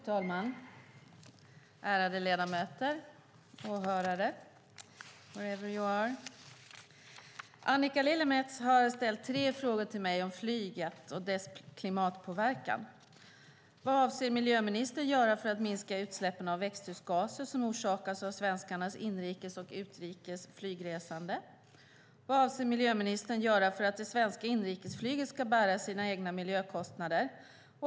Fru talman, ärade ledamöter, åhörare - wherever you are! Annika Lillemets har ställt tre frågor till mig om flyget och dess klimatpåverkan: Vad avser miljöministern att göra för att minska utsläppen av växthusgaser som orsakas av svenskarnas inrikes och utrikes flygresande? Vad avser miljöministern att göra för att det svenska inrikesflyget ska bära sina egna miljökostnader?